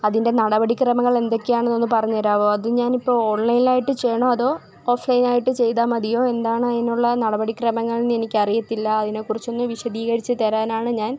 അതിൻ്റെ നടപടി ക്രമങ്ങൾ എന്തൊക്കെ ആണെന്ന് ഒന്ന് പറഞ്ഞുതരാമോ അത് ഞാനിപ്പോൾ ഓൺലൈനിൽ ആയിട്ട് ചെയ്യണോ അതോ ഓഫ്ലൈൻ ആയിട്ട് ചെയ്താൽ മതിയോ എന്താണ് അതിനുള്ള നടപടി ക്രമങ്ങൾ എന്ന് എനിക്ക് അറിയത്തില്ല അതിനെക്കുറിച്ചൊന്ന് വിശദീകരിച്ചു തരാനാണ് ഞാൻ